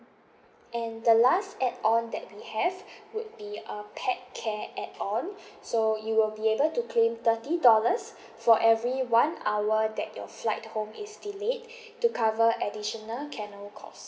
and the last add on that we have would be a pet care add on so you will be able to claim thirty dollars for every one hour that your flight home is delayed to cover additional kennel cost